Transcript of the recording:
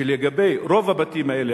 שלגבי רוב הבתים האלה,